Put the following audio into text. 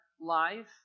life